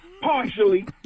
partially